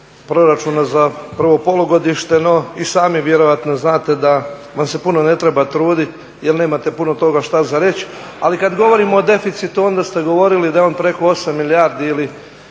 za prvo polugodište. No i sami vjerojatno znate da vam se puno ne treba truditi jer nemate puno toga što za reći. Ali kad govorimo o deficitu onda ste govorili da je on preko 8 milijardi ili